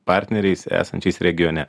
partneriais esančiais regione